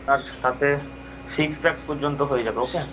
আর তাতে six packs পর্যন্ত হয়ে যাবে ওকে